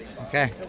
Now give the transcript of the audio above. okay